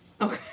Okay